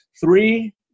Three